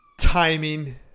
timing